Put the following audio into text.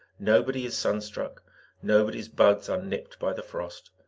nobody is sun-struck nobody's buds are nipped by the frost.